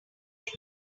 that